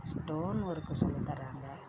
stone work சொல்லி தராங்க